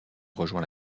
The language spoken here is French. rejoint